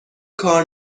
کار